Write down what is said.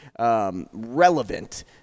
relevant